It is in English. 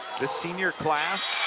the senior class,